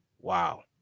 Wow